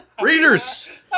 Readers